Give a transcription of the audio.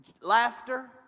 laughter